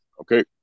Okay